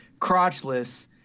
crotchless